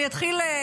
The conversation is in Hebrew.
אני אתחיל,